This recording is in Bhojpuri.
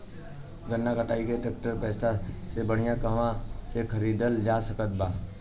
गन्ना कटाई ट्रैक्टर कम पैसे में बढ़िया कहवा से खरिदल जा सकत बा?